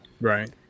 Right